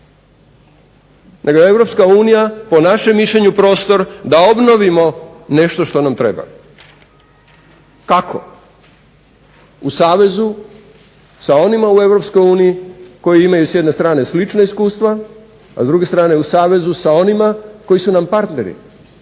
nego je Europska unija po našem mišljenju prostor da obnovimo nešto što nam treba. Kako? U savezu sa onima u Europskoj uniji koji imaju sa jedne strane slična iskustva, a s druge strane u savezu sa onima koji su nam partneri